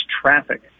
traffic